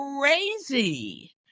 crazy